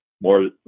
more